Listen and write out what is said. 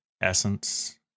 Essence